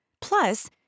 Plus